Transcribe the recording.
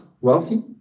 wealthy